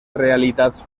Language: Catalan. realitats